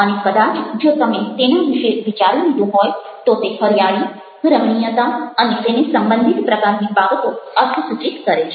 અને કદાચ જો તમે તેના વિશે વિચારી લીધું હોય તો તે હરિયાળી રમણીયતા અને તેને સંબંધિત પ્રકારની બાબતો અર્થસૂચિત કરે છે